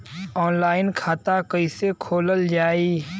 Online खाता कईसे खोलल जाई?